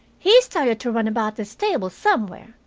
he started to run about the stable somewhere,